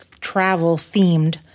travel-themed